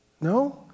No